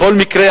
בכל מקרה,